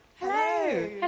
Hello